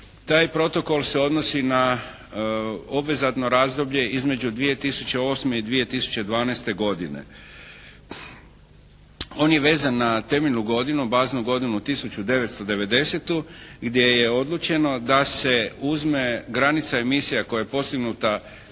Taj protokol se odnosi na obvezatno razdoblje između 2008. i 2012. godine. On je vezan na temeljnu godinu, baznu godinu 1990. gdje je odlučeno da se uzme granica emisija koja je postignuta